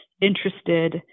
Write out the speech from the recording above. interested